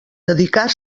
dedicar